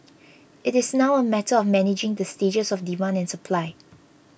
it is now a matter of managing the stages of demand and supply